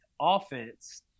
offense